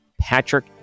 Patrick